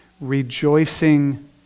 rejoicing